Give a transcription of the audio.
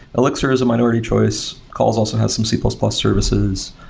elixir is a minority choice. calls also have some c plus plus services.